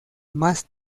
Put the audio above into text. más